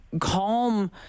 calm